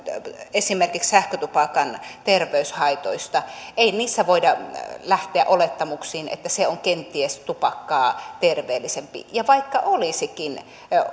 esimerkiksi sähkötupakan terveyshaitoista ei niissä voida lähteä olettamuksiin että se on kenties tupakkaa terveellisempi ja vaikka olisikin